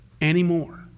anymore